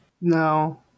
No